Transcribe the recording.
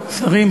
שרים,